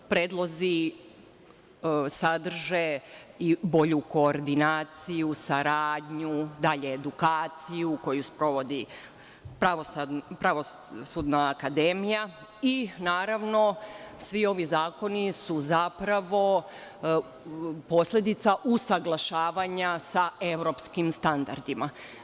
Predlozi sadrže i bolju koordinaciju, saradnju, dalje, edukaciju koju sprovodi Pravosudna akademija i, naravno, svi ovi zakoni su zapravo posledica usaglašavanja sa evropskim standardima.